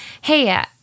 hey